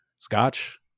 Scotch